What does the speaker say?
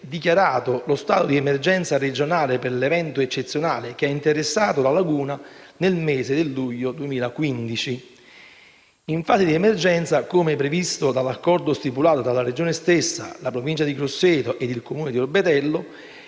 dichiarato lo stato di emergenza regionale per l'evento eccezionale che ha interessato la laguna nel mese di luglio 2015. In fase di emergenza, come previsto dall'accordo stipulato tra la Regione stessa, la Provincia di Grosseto e il Comune di Orbetello,